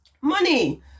money